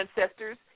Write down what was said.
ancestors